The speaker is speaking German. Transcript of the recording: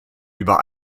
über